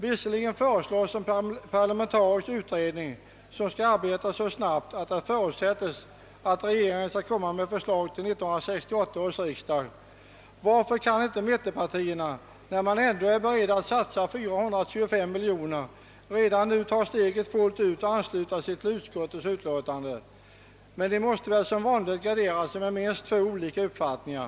Visserligen föreslås en parlamentarisk utredning som skall arbeta så snabbt att det förutsättes att regeringen kan framlägga förslag till 1968 års riksdag. Varför kan inte mittenpartierna, när de ändå är beredda att satsa 425 miljoner, redan nu ta steget fullt ut och ansluta sig till utskottets förslag? Men de måste väl som vanligt gardera sig med minst två olika uppfattningar.